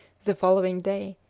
the following day,